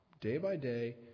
day-by-day